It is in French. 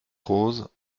rose